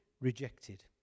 rejected